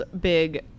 big